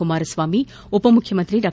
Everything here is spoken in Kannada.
ಕುಮಾರಸ್ವಾಮಿ ಉಪಮುಖ್ಯಮಂತ್ರಿ ಡಾ